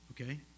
okay